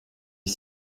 est